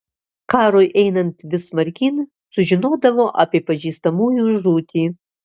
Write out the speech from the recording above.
karui einant vis smarkyn sužinodavo apie pažįstamųjų žūtį